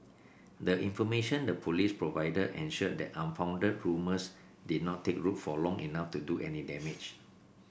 the information the Police provided ensured that unfounded rumours did not take root for long enough to do any damage